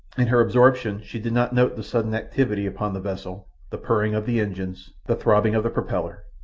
in her absorption she did not note the sudden activity upon the vessel, the purring of the engines, the throbbing of the propeller.